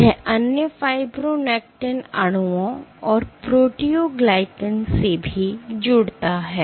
यह अन्य फाइब्रोनेक्टिन अणुओं और प्रोटीयोग्लीकैंस से भी जुड़ता है